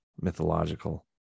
mythological